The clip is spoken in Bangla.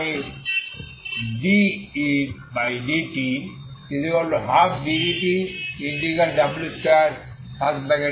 তাই dEdt12ddtw2xt⏟dxB